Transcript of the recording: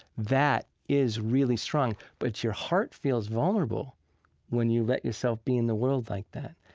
that is really strong. but your heart feels vulnerable when you let yourself be in the world like that.